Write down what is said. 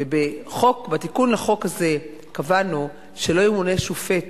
ובתיקון לחוק הזה קבענו שלא ימונה שופט